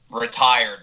Retired